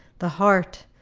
the heart,